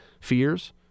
fears